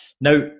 Now